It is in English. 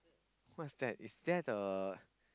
what's that is that a